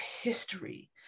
history